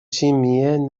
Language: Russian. семье